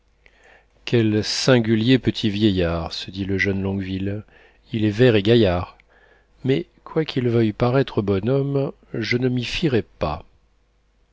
quel singulier petit vieillard se dit le jeune longueville il est vert et gaillard mais quoiqu'il veuille paraître bon homme je ne m'y fierai pas